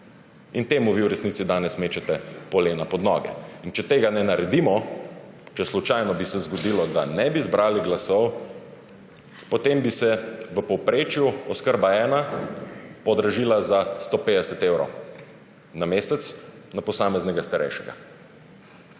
in temu vi v resnici danes mečete polena pod noge. Če tega ne naredimo, če slučajno bi se zgodilo, da ne bi zbrali glasov, potem bi se v povprečju oskrba ena podražila za 150 evrov na mesec na posameznega starejšega.